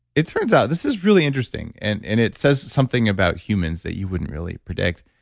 it turns out this is really interesting, and and it says something about humans that you wouldn't really predict.